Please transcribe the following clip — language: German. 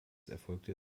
erfolgte